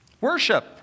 Worship